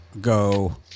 Go